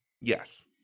yes